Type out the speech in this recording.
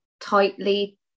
tightly